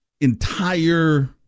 entire